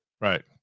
Right